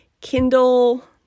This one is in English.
Kindle